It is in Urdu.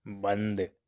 بند